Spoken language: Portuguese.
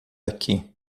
aqui